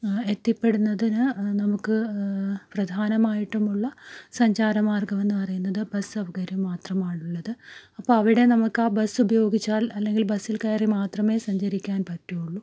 എത്തിപ്പെടുന്നതിന് നമുക്ക് പ്രധാനമായിട്ടുമുള്ള സഞ്ചാരമാർഗ്ഗം എന്നു പറയുന്നത് ബസ്സ് സൗകര്യം മാത്രമാണുള്ളത് അപ്പോൾ അവിടെ നമുക്ക് ആ ബസ്സ് ഉപയോഗിച്ചാൽ അല്ലെങ്കിൽ ബസ്സിൽ കയറി മാത്രമേ സഞ്ചരിക്കാൻ പറ്റുള്ളൂ